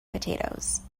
potatoes